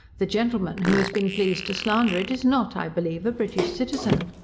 the gentleman who has been pleased to slander it is not, i believe, a british citizen.